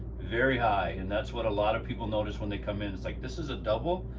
very high and that's what a lot of people notice when they come in. it's like this is a double